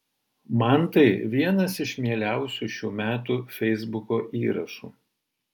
man tai vienas iš mieliausių šių metų feisbuko įrašų